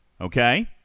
Okay